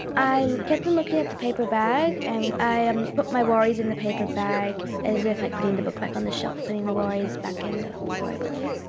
i kept on and looking at the paper bag and i um put my worries in the paper bag as if like putting the book back on the shelf, putting the worries back in the the worry bully.